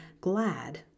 glad